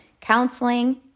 counseling